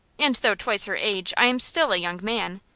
and though twice her age, i am still a young man.